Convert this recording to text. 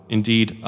Indeed